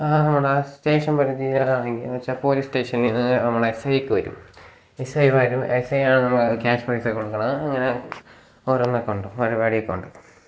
നമ്മുടെ സ്റ്റേഷൻ പരിധിയിലാണെങ്കിൽ എന്ന് വെച്ചാൽ പോലീസ് സ്റ്റേഷനിൽ നിന്ന് നമ്മളെ എസ് ഐ ഒക്കെ വരും എസ് ഐ വരും എസൈയാണ് നമ്മുടെ ക്യാഷ് പ്രൈസ് കൊടുക്കുന്നത് അങ്ങനെ ഓരോന്നൊക്കെ ഉണ്ട് പരിപാടി ഒക്കെ ഉണ്ട്